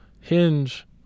Hinge